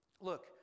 Look